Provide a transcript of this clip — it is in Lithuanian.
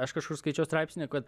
aš kažkur skaičiau straipsnį kad